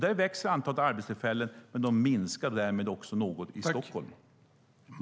Där växer antalet arbetstillfällen, men de minskar därmed också något i Stockholm.